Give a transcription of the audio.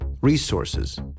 resources